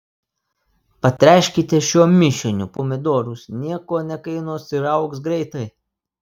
patręškite šiuo mišiniu pomidorus nieko nekainuos ir augs greitai